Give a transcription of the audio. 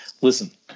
listen